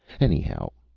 anyhow,